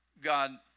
God